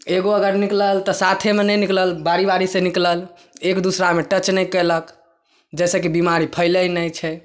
एगो अगर निकलल तऽ साथेमे नहि निकलल बारी बारी से निकलल एक दुसरामे टच नहि केलक जाहिसँ कि बीमारी फैलै नहि छै